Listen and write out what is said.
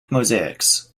mosaics